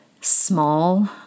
small